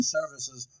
Services